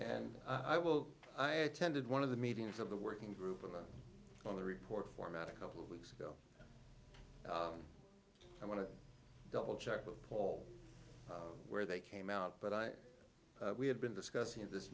and i will i attended one of the meetings of the working group on the report format a couple of weeks ago i want to double check with paul where they came out but i we had been discussing this